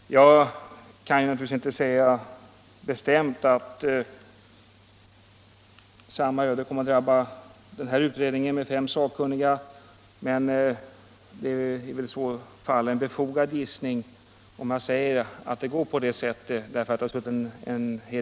Jag kan naturligtvis inte säga bestämt att samma öde kommer att drabba den här utredningen med fem sakkunniga, men det är en befogad gissning om jag säger att det går på det sättet.